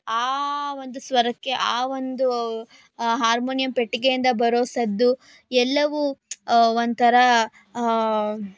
ಆ ಒಂದು ಸ್ವರಕ್ಕೆ ಆ ಒಂದು ಆ ಹಾರ್ಮೋನಿಯಂ ಪೆಟ್ಟಿಗೆಯಿಂದ ಬರೋ ಸದ್ದು ಎಲ್ಲವು ಒಂಥರ